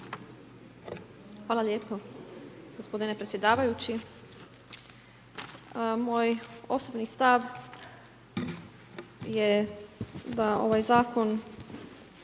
Hvala lijepo gospodine predsjedavajući. Moj osobni stav je da ovaj Zakon